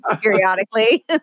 periodically